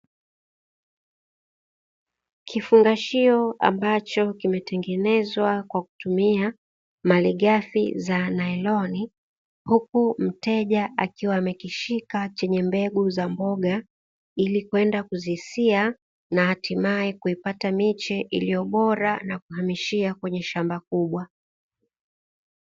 Kifungashio ambacho kimetengenezwa kwa kutumia malighafi za nailoni, huku mteja akiwa amekishika chenye mbegu za mboga, ili kwenda kuzisia na hatimae kuipata miche iliyo bora na kuhamishia kwenye shamba kubwa.